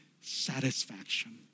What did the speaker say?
satisfaction